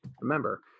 remember